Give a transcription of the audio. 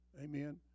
Amen